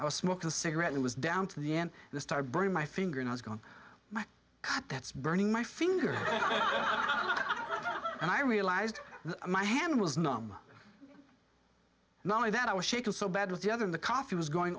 i was smoking a cigarette it was down to the end the star bring my finger and i was going to cut that's burning my finger i'm and i realized my hand was numb not only that i was shaking so bad with the other the coffee was going